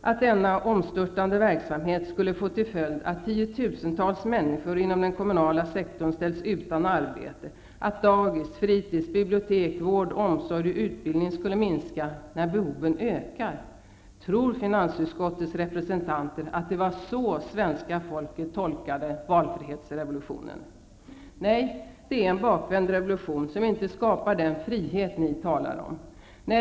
Att denna omstörtande verksamhet skulle få till följd att tiotusentals människor inom den kommunala sektorn ställs utan arbete, att dagis, fritis, bibliotek, vård, omsorg och utbildning skulle minska när behoven ökar -- tror finansutskottets representanter att det var så svenska folket tolkade valfrihetsrevolutionen? Nej, det är en bakvänd revolution som inte skapar den frihet ni talar om.